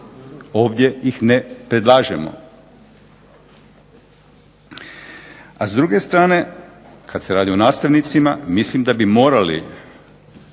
Ovdje ih ne predlažemo. A s druge strane kad se radi o nastavnicima mislim da bi morali